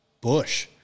Bush